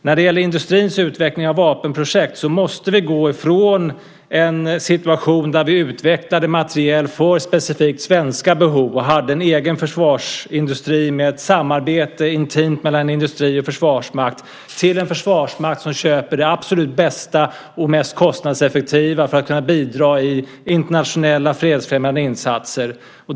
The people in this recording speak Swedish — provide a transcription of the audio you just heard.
När det gäller industrins utveckling av vapenprojekt måste vi gå ifrån en situation där vi utvecklade materiel för specifikt svenska behov och hade en egen försvarsindustri med ett intimt samarbete mellan industri och försvarsmakt till en försvarsmakt som köper det absolut bästa och mest kostnadseffektiva för att kunna bidra i internationella fredsfrämjande insatser.